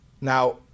Now